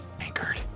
Anchored